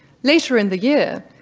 later in the year,